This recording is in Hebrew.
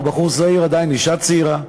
הוא בחור צעיר עדיין, אישה צעירה.